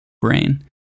brain